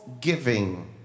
giving